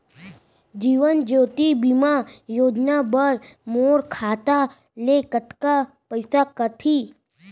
जीवन ज्योति बीमा योजना बर मोर खाता ले कतका पइसा कटही?